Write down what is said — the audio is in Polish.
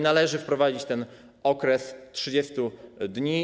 Należy wprowadzić ten okres 30 dni.